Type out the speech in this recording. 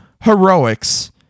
heroics